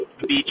beach